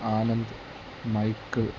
Anand Michael